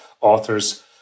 authors